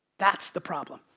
that's the problem.